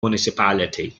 municipality